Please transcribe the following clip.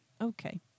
okay